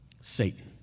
Satan